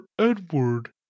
Edward